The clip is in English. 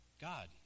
God